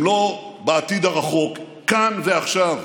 הם לא בעתיד הרחוק, כאן ועכשיו.